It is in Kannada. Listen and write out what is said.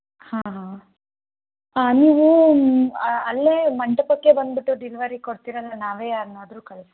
ಹಾಂ ಹಾಂ ನೀವು ಅ ಅಲ್ಲೇ ಮಂಟಪಕ್ಕೇ ಬಂದುಬಿಟ್ಟು ಡಿಲ್ವರಿ ಕೊಡ್ತೀರೋ ಇಲ್ಲ ನಾವೇ ಯಾರ್ನಾದ್ರೂ ಕಳಿಸ್ಬೇಕಾ